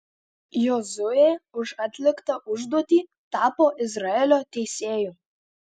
jozuė už atliktą užduotį tapo izraelio teisėju